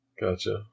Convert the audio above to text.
Gotcha